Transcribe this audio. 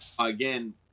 again